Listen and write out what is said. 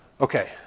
Okay